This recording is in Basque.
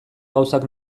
gauzak